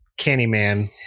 Candyman